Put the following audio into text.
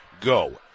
go